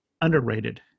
Underrated